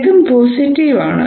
ഇതും പോസിറ്റീവ് ആണ്